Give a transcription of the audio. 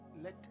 Let